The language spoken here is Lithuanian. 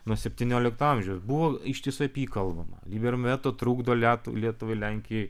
nuo septyniolikto amžiaus buvo ištisai apie jį kalbama lyberum veto trukdo leto lietuvai lenkijai